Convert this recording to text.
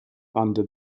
under